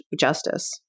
justice